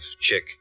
Chick